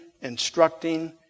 instructing